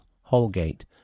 Holgate